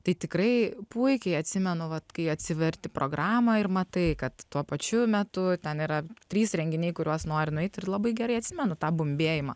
tai tikrai puikiai atsimenu vat kai atsiverti programą ir matai kad tuo pačiu metu ten yra trys renginiai į kuriuos nori nueit ir labai gerai atsimenu tą bumbėjimą